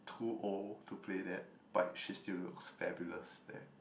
too old to play that but she still looks fabulous there